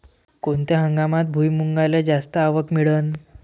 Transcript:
कोनत्या हंगामात भुईमुंगाले जास्त आवक मिळन?